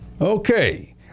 Okay